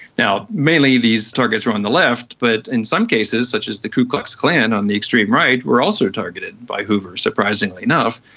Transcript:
mainly these targets were on the left, but in some cases such as the ku klux klan on the extreme right were also targeted by hoover, surprisingly enough,